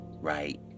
right